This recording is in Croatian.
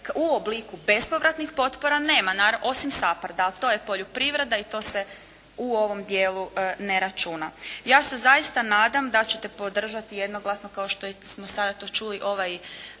u obliku bespovratnih potpora nema, osim SAPARDA, ali to je poljoprivreda i to se u ovom dijelu ne računa. Ja se zaista nadam da ćete podržati jednoglasno kao što smo to sada čuli, ovaj